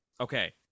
Okay